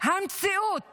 המציאות